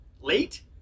late